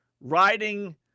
riding –